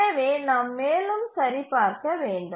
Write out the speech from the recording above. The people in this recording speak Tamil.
எனவே நாம் மேலும் சரிபார்க்க வேண்டும்